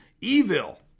evil